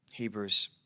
Hebrews